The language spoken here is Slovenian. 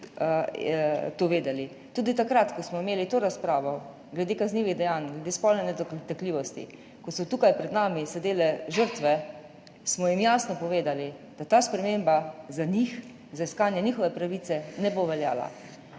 to vedeli. Tudi takrat, ko smo imeli to razpravo glede kaznivih dejanj, glede spolne nedotakljivosti, ko so tukaj pred nami sedele žrtve, smo jim jasno povedali, da ta sprememba za njih, za iskanje njihove pravice ne bo veljala.